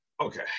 Okay